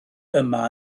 yma